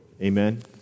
Amen